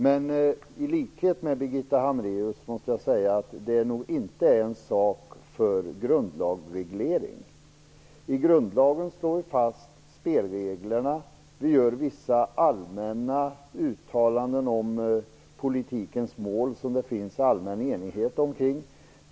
Men i likhet med Birgitta Hambraeus måste jag säga att det nog inte är en sak för grundlagsreglering. I grundlagen slår vi fast spelreglerna, och vi gör vissa allmänna uttalanden om politikens mål som det finns allmän enighet om.